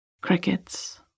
Crickets